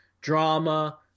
drama